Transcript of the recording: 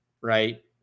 right